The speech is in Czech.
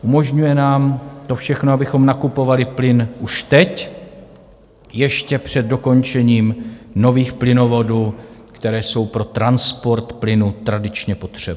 Umožňuje nám to všechno, abychom nakupovali plyn už teď, ještě před dokončením nových plynovodů, které jsou pro transport plynu tradičně potřeba.